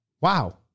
Wow